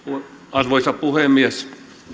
arvoisa puhemies